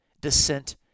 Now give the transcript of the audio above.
descent